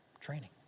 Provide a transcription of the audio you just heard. training